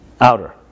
outer